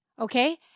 Okay